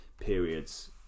periods